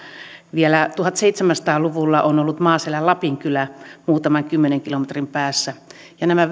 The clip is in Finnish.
vielä tuhatseitsemänsataa luvulla on ollut maaselän lapinkylä muutaman kymmenen kilometrin päässä ja nämä